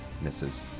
misses